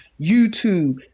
youtube